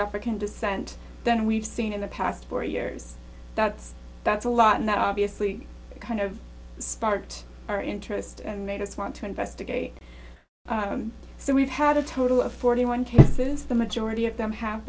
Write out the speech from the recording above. african descent than we've seen in the past four years that's that's a lot now obviously kind of start our interest and made us want to investigate so we've had a total of forty one cases the majority of them have